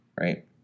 right